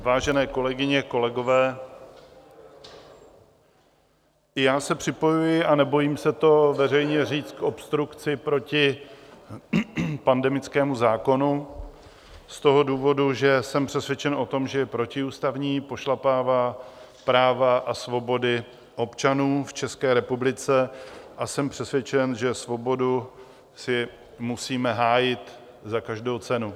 Vážené kolegyně a kolegové, i já se připojuji, a nebojím se to veřejně říct, k obstrukci proti pandemickému zákonu z toho důvodu, že jsem přesvědčen, že je protiústavní, pošlapává práva a svobody občanů v České republice, a jsem přesvědčen, že svobodu si musíme hájit za každou cenu.